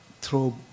throw